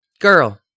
girl